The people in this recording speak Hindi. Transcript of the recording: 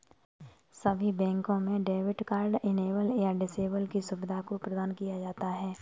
सभी बैंकों में डेबिट कार्ड इनेबल या डिसेबल की सुविधा को प्रदान किया जाता है